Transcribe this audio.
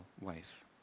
wife